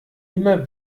immer